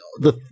the-